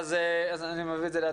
אני מעלה את זה להצבעה.